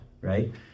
right